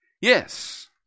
yes